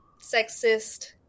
sexist